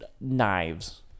knives